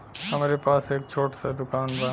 हमरे पास एक छोट स दुकान बा